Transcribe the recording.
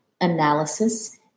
analysis